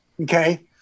Okay